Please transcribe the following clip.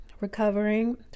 recovering